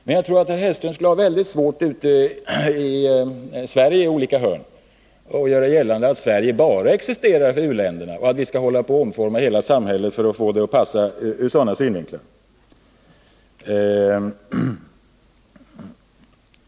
Men jag tror att herr Hellström skulle ha svårt att ute i olika hörn av Sverige få gehör för åsikten att Sverige bara existerar för u-länderna och att vi skall omforma hela samhället för att få det att passa ur sådana synvinklar.